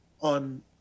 on